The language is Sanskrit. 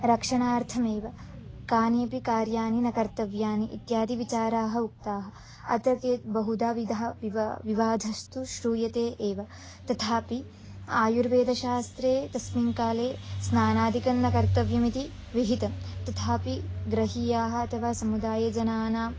रक्षणार्थमेव कानि अपि कार्याणि न कर्तव्यानि इत्यादिविचाराः उक्ताः अत्र के बहुधा विधः विवा विवादस्तु श्रूयते एव तथापि आयुर्वेदशास्त्रे तस्मिन् काले स्नानादिकं न कर्तव्यमिति विहितं तथापि गृहीयाः अथवा समुदायजनानां